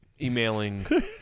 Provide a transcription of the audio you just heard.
emailing